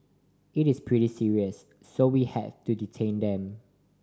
it is pretty serious so we have to detained them